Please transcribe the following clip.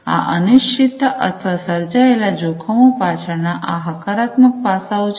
આ અનિશ્ચિતતા અથવા સર્જાયેલા જોખમો પાછળના આ હકારાત્મક પાસાઓ છે